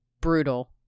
brutal